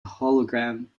hologram